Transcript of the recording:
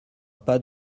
pas